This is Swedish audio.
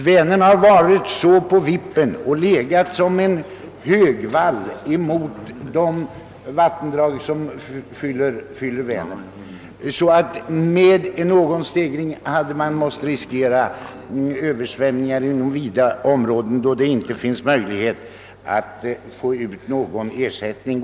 Vänern har legat som en högvall mot de vattenmassor som faller ut i sjön, och det har varit på vippen att bli översvämning inom stora områden. För de skador som härigenom kunde ha uppstått finns inte någon möjlighet att få ut ersättning.